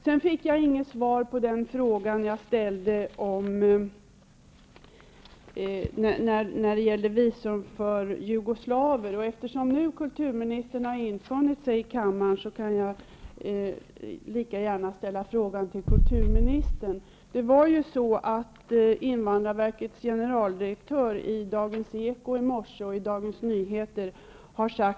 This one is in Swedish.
Jag fick inget svar på den fråga jag ställde när det gäller visum för jugoslaver. Eftersom kulturministern nu har infunnit sig i kammaren, kan jag lika gärna ställa frågan till henne.